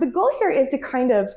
the goal here is to kind of